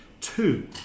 Two